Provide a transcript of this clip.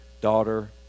daughter